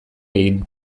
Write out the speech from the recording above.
egin